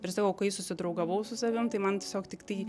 ir sakau kai susidraugavau su savim tai man tiesiog tiktai